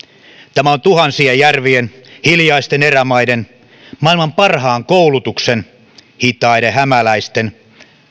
tämä on tuhansien järvien hiljaisten erämaiden maailman parhaan koulutuksen hitaiden hämäläisten